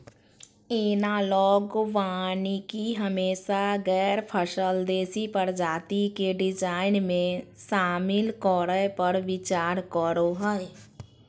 analogue वानिकी हमेशा गैर फसल देशी प्रजाति के डिजाइन में, शामिल करै पर विचार करो हइ